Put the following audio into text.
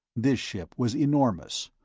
this ship was enormous,